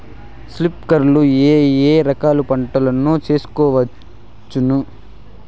స్ప్రింక్లర్లు లో ఏ ఏ రకాల పంటల ను చేయవచ్చును?